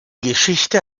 geschichte